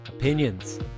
opinions